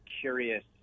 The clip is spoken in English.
curious